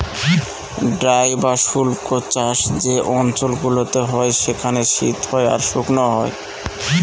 dry বা শুস্ক চাষ যে অঞ্চল গুলোতে হয় সেখানে শীত হয় আর শুকনো হয়